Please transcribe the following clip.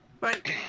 right